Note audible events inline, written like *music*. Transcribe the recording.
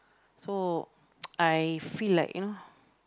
so *noise* I feel like you know